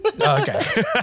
Okay